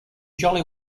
jolly